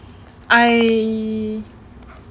I